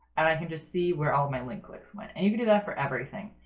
and i can just see where all my link clicks went. and you can do that for everything.